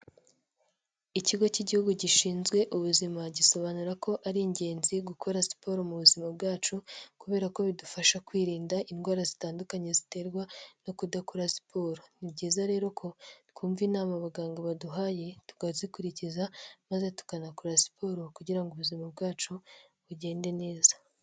Ikigo cy'igihugu gishinzwe ubuzima gisobanura ko ari ingenzi gukora siporo mu buzima bwacu kubera ko bidufasha kwirinda indwara zitandukanye ziterwa no kudakora siporo ni byiza rero ko twumva inama abaganga baduhaye tukazikurikiza maze tukanakora siporo kugira ubuzima bwacu bugende neza.